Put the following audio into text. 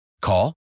Call